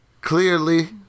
Clearly